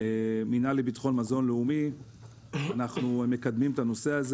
את ראש המינהל ונבנה מינהל חדש בנושא הזה